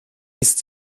ist